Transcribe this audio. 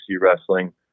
Wrestling